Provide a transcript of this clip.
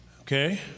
Okay